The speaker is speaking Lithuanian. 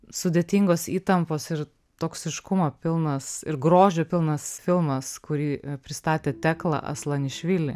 sudėtingos įtampos ir toksiškumo pilnas ir grožio pilnas filmas kurį pristatė tekla aslanišvili